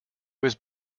was